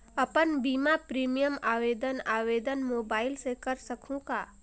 अपन बीमा प्रीमियम आवेदन आवेदन मोबाइल से कर सकहुं का?